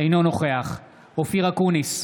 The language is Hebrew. אינו נוכח אופיר אקוניס,